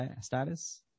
status